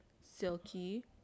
silky